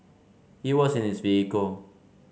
he was in his vehicle